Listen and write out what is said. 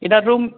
इधर रूम